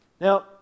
Now